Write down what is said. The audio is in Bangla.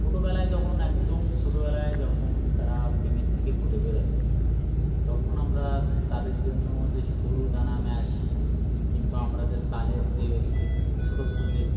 ছোটোবেলায় যখন একদম ছোটোবেলায় যখন তারা ডিমের থেকে ফুটে বেরোয় তখন আমরা তাদের জন্য যে সরু দানা ম্যাস কিংবা আমরা যে সালের যে ছোটো ছোটো যে